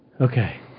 Okay